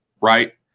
Right